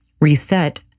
reset